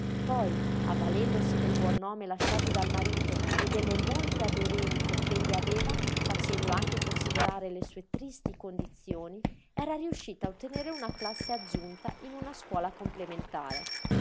poi avvalendosi del buon nome lasciato dal marito e delle molte aderenze ch'egli aveva facendo anche considerare le sue tristi condizioni era riuscita a ottenere una classe aggiunta in una scuola complementare